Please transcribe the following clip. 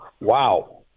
wow